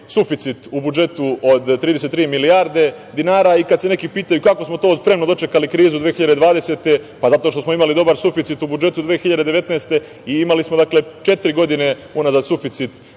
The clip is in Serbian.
suficit u budžetu od 33 milijarde dinara i kad se neki pitaju kako smo to spremno dočekali krizu 2020. godine, pa zato što smo imali dobar suficit u budžetu 2019. godine i imali smo, dakle, četiri godine unazad suficit. Dakle,